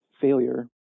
failure